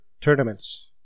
tournaments